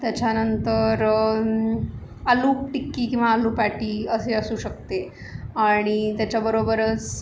त्याच्यानंतर आलू टिक्की किंवा आलू पॅटी असे असू शकते आणि त्याच्या बरोबरच